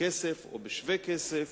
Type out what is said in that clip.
בכסף או בשווה-כסף.